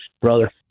Brother